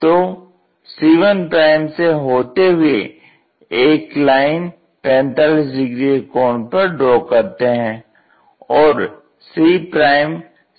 तो c1 से होते हुए एक लाइन 45 डिग्री के कोण पर ड्रा करते हैं